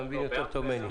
אתה מבין יותר ממני.